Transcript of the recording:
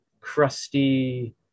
crusty